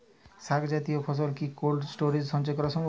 শাক জাতীয় ফসল কি কোল্ড স্টোরেজে সঞ্চয় করা সম্ভব?